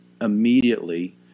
immediately